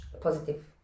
positive